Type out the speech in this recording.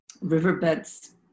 riverbeds